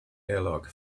airlock